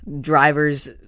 drivers